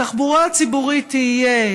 התחבורה הציבורית תהיה,